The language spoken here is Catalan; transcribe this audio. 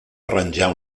arranjar